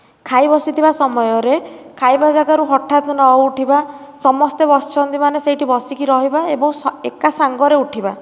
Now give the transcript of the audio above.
ଖାଇ ବସିଥିବା ସମୟରେ ଖାଇବା ଜାଗାରୁ ହଠାତ୍ ନ ଉଠିବା ସମସ୍ତେ ବସିଛନ୍ତି ମାନେ ସେଇଠି ବସିକି ରହିବା ଏବଂ ସମସ୍ତେ ଏକା ସାଙ୍ଗରେ ଉଠିବା